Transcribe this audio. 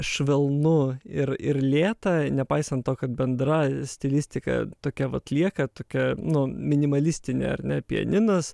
švelnu ir ir lėta nepaisant to kad bendra stilistika tokia vat lieka tokia nu minimalistinė ar ne pianinas